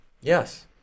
Yes